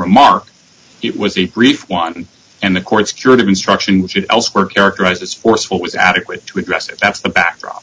remark it was a brief one and the court's curative instruction which you were characterized as forceful was adequate to address it that's the backdrop